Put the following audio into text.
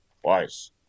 twice